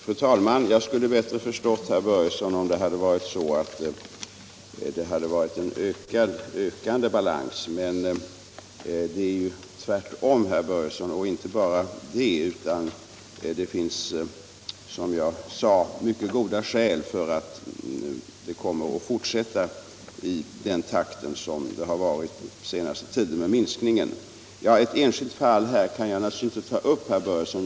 Fru talman! Jag skulle bättre ha förstått herr Börjesson i Falköping om balansen ökade, men i själva verket minskar den, och det finns rent av, som jag sade, mycket goda skäl för att anta att minskningen kommer att fortsätta i samma takt som under den senaste tiden. Ett enskilt fall kan jag naturligtvis inte ta upp här, herr Börjesson.